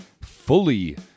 fully